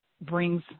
brings